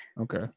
Okay